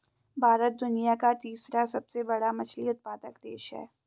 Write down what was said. भारत दुनिया का तीसरा सबसे बड़ा मछली उत्पादक देश है